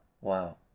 Wow